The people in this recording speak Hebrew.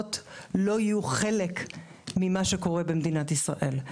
התפוצות לא תהיה חלק ממה שקורה במדינת ישראל.